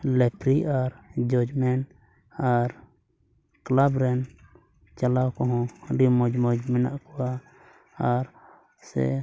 referee ᱟᱨ ᱡᱟᱡᱽ ᱢᱮᱱ ᱟᱨ ᱠᱞᱟᱵᱽ ᱨᱮᱱ ᱪᱟᱞᱟᱣ ᱠᱚᱦᱚᱸ ᱚᱸᱰᱮ ᱢᱚᱡᱽᱼᱢᱚᱡᱽ ᱢᱮᱱᱟᱜ ᱠᱚᱣᱟ ᱟᱨ ᱥᱮ